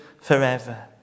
forever